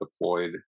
deployed